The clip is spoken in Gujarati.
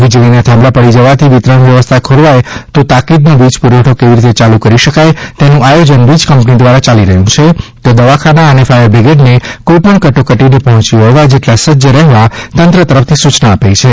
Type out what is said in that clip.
વીજળીના થાંભલા પડી જવાથી વિતરણ વ્યવસ્થા ખોરવાથ તો તાકીદનો વીજપુરવઠો કેવી રીતે ચાલુ કરી શકાય તેનું આયોજન વીજકંપની દ્વારા ચાલી રહ્યું છે તો દવાખાના અને ફાયર બ્રિગેડને કોઇપણ કટોકટીને પહોંચી વળવા જેટલા સજ્જ રહેવા તંત્ર તરફથી સૂચના અપાઇ છે